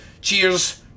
Cheers